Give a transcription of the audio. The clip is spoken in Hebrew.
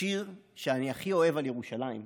השיר שאני הכי אוהב על ירושלים,